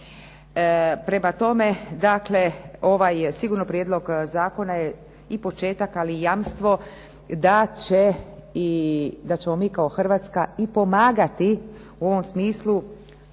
Prema tome, ovaj prijedlog zakona je i početak ali i jamstvo da ćemo mi kao Hrvatska i pomagati u ovom smislu